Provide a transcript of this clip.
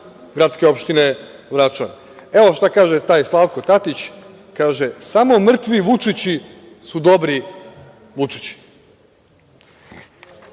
gradske opštine Vračar. Evo, šta kaže taj Slavko Tatić, kaže – samo mrtvi Vučići su dobri Vučići. Sad